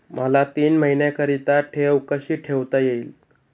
मला तीन महिन्याकरिता ठेव कशी ठेवता येईल?